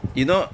you know